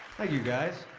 thank you, guys.